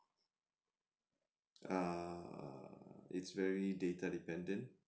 err it's very data dependent